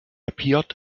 appeared